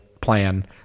plan